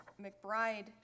McBride